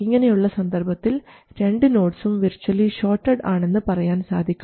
ഇങ്ങനെയുള്ള സന്ദർഭത്തിൽ രണ്ട് നോഡ്സും വിർച്ച്വലി ഷോർട്ടഡ് ആണെന്ന് പറയാൻ സാധിക്കും